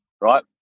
right